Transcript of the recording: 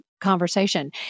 conversation